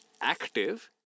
active